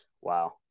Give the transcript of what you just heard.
wow